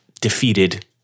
defeated